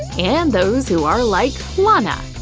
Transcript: and those who are like lana.